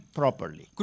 properly